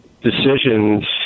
decisions